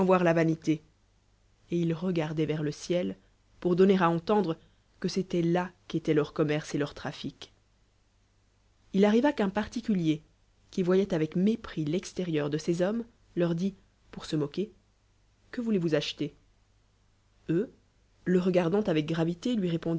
la vanité et ils regardaient vers le ciel pour donner à entendre que c'était là pmv qu'éloit leur commerce et leur trafic il arriva qu'un particulier qui oyoit avec mépris l'extérieur de ces hommes leur dit pour sn moquer que voulez-vous acheter eux le regardant avec gravité